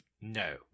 No